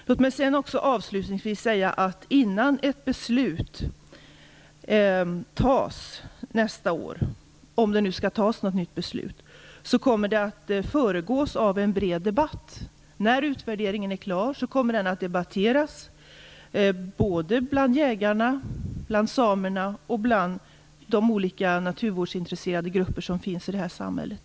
Låt mig också avslutningsvis säga att innan ett beslut tas nästa år - om det nu skall tas ett nytt beslut - kommer det att föregås av en bred debatt. När utvärderingen är klar kommer den att debatteras såväl bland jägarna och samerna som bland de olika naturvårdsintresserade grupper som finns i samhället.